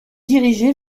dirigée